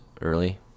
early